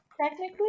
technically